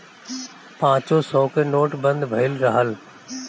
पांचो सौ के नोट बंद भएल रहल